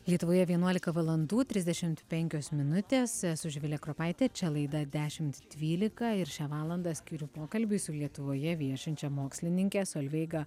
lietuvoje vienuolika valandų trisdešimt penkios minutės esu živilė kropaitė čia laida dešimt dvylika ir šią valandą skiriu pokalbiui su lietuvoje viešinčia mokslininke solveiga